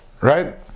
right